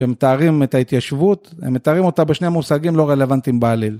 שהם מתארים את ההתיישבות, הם מתארים אותה בשני המושגים לא רלוונטיים בעליל.